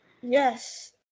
Yes